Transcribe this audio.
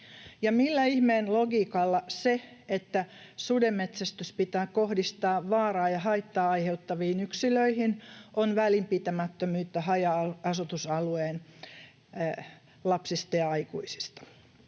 millä ihmeen logiikalla se, että sudenmetsästys pitää kohdistaa vaaraa ja haittaa aiheuttaviin yksilöihin, on välinpitämättömyyttä haja-asutusalueen lapsista ja aikuisista?